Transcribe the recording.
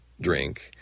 drink